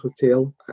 hotel